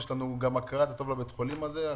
יש לנו גם הכרת הטוב לבית החולים הזה.